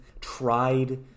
tried